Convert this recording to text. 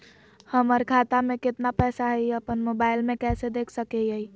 हमर खाता में केतना पैसा हई, ई अपन मोबाईल में कैसे देख सके हियई?